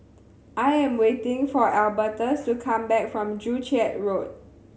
I am waiting for Albertus to come back from Joo Chiat Road